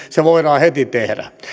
se voidaan heti tehdä